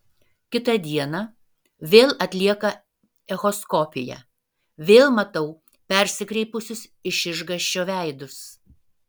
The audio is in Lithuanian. kitą dieną vėl atlieka echoskopiją vėl matau persikreipusius iš išgąsčio veidus